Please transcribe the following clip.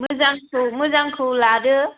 मोजांखौ लादो